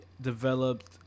developed